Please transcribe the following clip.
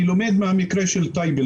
אני לומד מהמקרה של טייבה,